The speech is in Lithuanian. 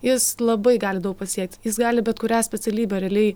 jis labai gali daug pasiekti jis gali bet kurią specialybę realiai